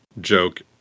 joke